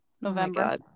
November